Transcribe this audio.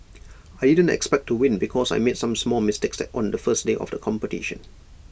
I didn't expect to win because I made some small mistakes on the first day of the competition